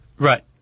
Right